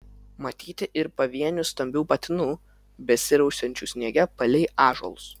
matyti ir pavienių stambių patinų besirausiančių sniege palei ąžuolus